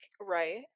Right